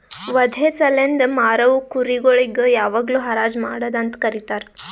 ವಧೆ ಸಲೆಂದ್ ಮಾರವು ಕುರಿ ಗೊಳಿಗ್ ಯಾವಾಗ್ಲೂ ಹರಾಜ್ ಮಾಡದ್ ಅಂತ ಕರೀತಾರ